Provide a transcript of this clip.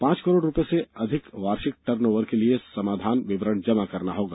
पांच करोड़ रुपये से अधिक वार्षिक टर्न ओवर के लिये समाधान विवरण जमा कराना होगा